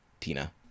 Tina